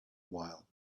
while